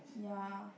ya